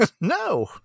no